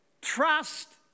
Trust